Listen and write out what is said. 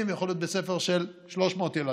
וזה יכול להיות בית ספר של 300 ילדים.